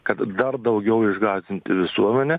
kad dar daugiau išgąsdinti visuomenę